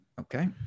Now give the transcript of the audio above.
Okay